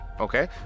Okay